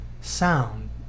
sound